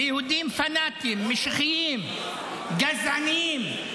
ליהודים פנאטים, משיחיים, גזענים.